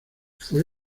fue